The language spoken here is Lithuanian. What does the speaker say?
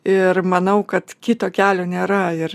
ir manau kad kito kelio nėra ir